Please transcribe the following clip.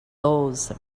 those